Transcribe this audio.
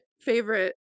favorite